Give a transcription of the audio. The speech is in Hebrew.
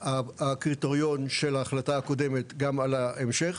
הקריטריון של ההחלטה הקודמת גם על ההמשך,